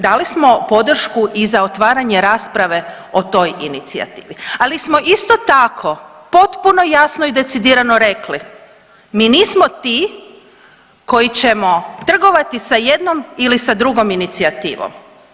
Dali smo podršku i za otvaranje rasprave o toj inicijativi, ali smo isto tako potpuno jasno i decidirano rekli, mi nismo ti koji ćemo trgovati sa jednom ili sa drugom inicijativom.